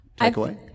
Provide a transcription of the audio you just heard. takeaway